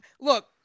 Look